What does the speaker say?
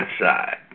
side